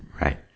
Right